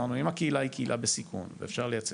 אמרנו אם הקהילה היא קהילה בסיכון ואפשר לייצר,